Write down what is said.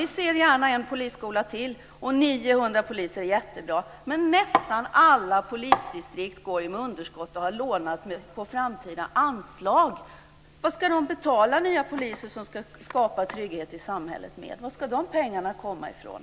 Vi ser gärna en polisskola till och 900 poliser till. Det är jättebra. Men nästan alla polisdistrikt går ju med underskott och har lånat på framtida anslag. Vad ska de betala de nya poliser som ska skapa trygghet i samhället med? Var ska de pengarna komma ifrån?